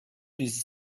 dieses